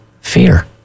fear